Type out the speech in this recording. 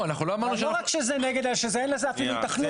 אמרנו --- לא רק שזה נגד אלא שאין לזה אפילו היתכנות.